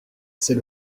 c’est